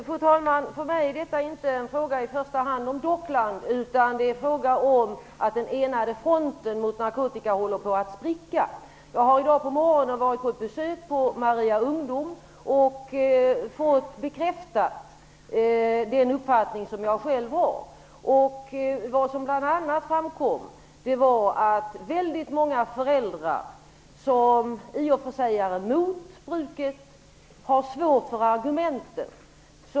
Fru talman! För mig är detta inte i första hand en fråga om Docklands, utan det handlar om att den enade fronten mot narkotika håller på att spricka. Jag har i dag på morgonen varit på besök på Maria Ungdom och fått den uppfattning som jag själv har bekräftad. Vad som bl.a. framkom var att väldigt många föräldrar, som i och för sig är emot bruket, har svårt för argumenten.